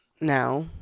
now